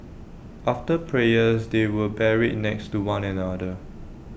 after prayers they were buried next to one another